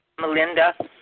Melinda